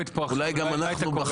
אבל עכשיו גם אולי גם אנחנו נעשה